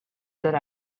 good